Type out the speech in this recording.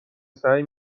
سعی